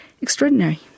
extraordinary